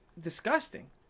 disgusting